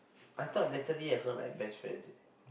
I thought Natalie and her like best friends eh